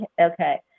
okay